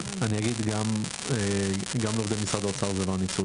אני אגיד גם לעובדי משרד האוצר זה לא הניצול